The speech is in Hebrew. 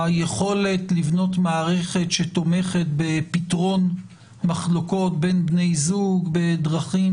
היכולת לבנות מערכת שתומכת בפתרון מחלוקות בין בני זוג בדרכים